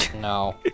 No